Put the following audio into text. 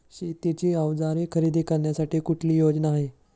शेतीची अवजारे खरेदी करण्यासाठी कुठली योजना आहे?